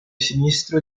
sinistro